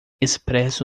expresso